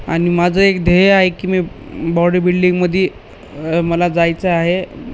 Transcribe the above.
आणि माझं एक ध्येय आहे की मी बॉडी बिल्डिंग मध्ये मला जायचं आहे